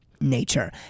nature